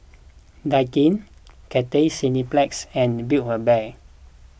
Daikin Cathay Cineplex and Build A Bear